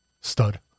stud